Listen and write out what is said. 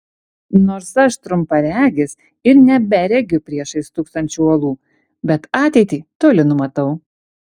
nors aš trumparegis ir neberegiu priešais stūksančių uolų bet ateitį toli numatau